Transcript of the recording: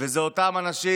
אותם אנשים,